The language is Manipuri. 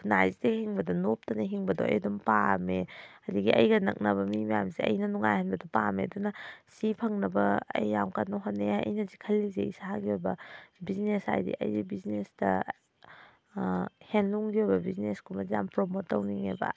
ꯈꯨꯟꯅꯥꯏꯁꯤꯗ ꯍꯤꯡꯕꯗ ꯅꯣꯞꯇꯅ ꯍꯤꯡꯕꯗꯣ ꯑꯩ ꯑꯗꯨꯝ ꯄꯥꯝꯃꯦ ꯑꯗꯒꯤ ꯑꯩꯒ ꯅꯛꯅꯕ ꯃꯤ ꯃꯌꯥꯝꯁꯦ ꯑꯩꯅ ꯅꯨꯡꯉꯥꯏꯍꯟꯕꯗꯨ ꯄꯥꯝꯃꯦ ꯑꯗꯨꯅ ꯁꯤ ꯐꯪꯅꯕ ꯑꯩ ꯌꯥꯝ ꯀꯟꯅ ꯍꯣꯠꯅꯩ ꯑꯩꯅ ꯍꯧꯖꯤꯛ ꯈꯜꯂꯤꯁꯤ ꯏꯁꯥꯒꯤ ꯑꯣꯏꯕ ꯕꯤꯖꯤꯅꯦꯁ ꯍꯥꯏꯗꯤ ꯑꯩꯁꯤ ꯕꯤꯖꯤꯅꯦꯁꯇ ꯍꯦꯟꯂꯨꯝꯒꯤ ꯑꯣꯏꯕ ꯕꯤꯖꯤꯅꯦꯁ ꯀꯨꯝꯕꯗ ꯌꯥꯝ ꯄ꯭ꯔꯣꯃꯣꯠ ꯇꯧꯅꯤꯡꯉꯦꯕ